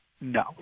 No